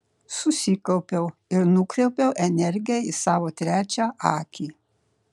susikaupiau ir nukreipiau energiją į savo trečią akį